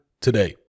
today